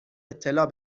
اطلاع